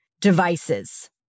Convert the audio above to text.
devices